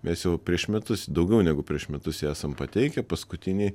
mes jau prieš metus daugiau negu prieš metus jį esam pateikę paskutiniai